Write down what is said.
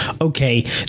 okay